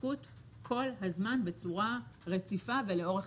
התעסקות כל הזמן בצורה רציפה ולאורך